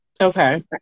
Okay